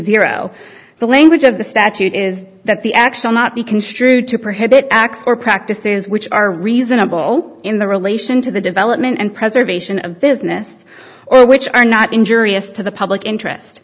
zero the language of the statute is that the actual not be construed to prohibit acts or practices which are reasonable in the relation to the development and preservation of business or which are not injurious to the public interest